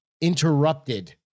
interrupted